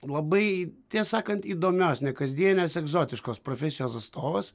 labai ties sakant įdomios nekasdienės egzotiškos profesijos atstovas